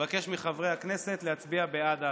אבקש מחברי הכנסת להצביע בעד ההצעה,